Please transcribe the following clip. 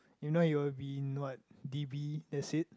you know you he will be in what d_b that's it